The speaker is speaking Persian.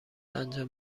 انجام